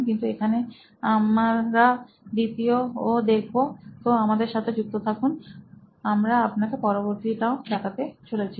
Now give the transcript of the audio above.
কিন্তু এখানে আমরা দ্বিতীয় ও দেখবো তো আমাদের সাথে যুক্ত থাকুন আমরা আপনাকে পরবর্তীটাও দেখতে চলেছি